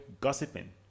gossiping